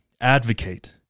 advocate